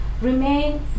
remain